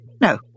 No